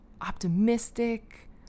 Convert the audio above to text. optimistic